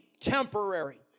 Temporary